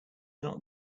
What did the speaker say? not